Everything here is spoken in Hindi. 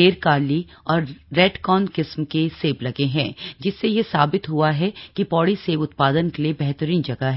डेरकार्ली और रेडकान किस्म के सेब लगे हैं जिससे यह साबित हुआ है कि पौड़ी सेब उत्पादन के लिए बेहतरीन जगह है